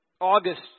August